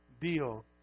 Dio